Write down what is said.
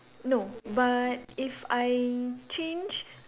no but if I change